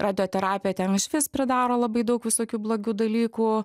radioterapija ten išvis pridaro labai daug visokių blogų dalykų